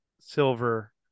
silver